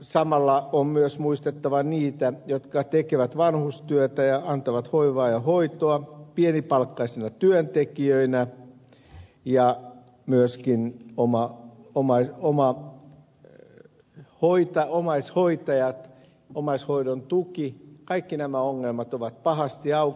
samalla on myös muistettava niitä jotka tekevät vanhustyötä ja antavat hoivaa ja hoitoa pienipalkkaisina työntekijöinä ja myöskin omaa omai omaa röör poika omaishoitajat omaishoidon tuki kaikki nämä ongelmat ovat pahasti auki